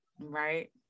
right